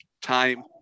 time